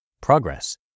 progress